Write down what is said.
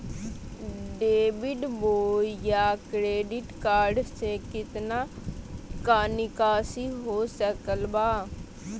Debit बोया credit card से कितना का निकासी हो सकल बा?